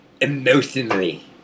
Emotionally